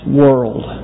world